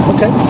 Okay